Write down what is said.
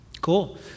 Cool